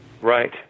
right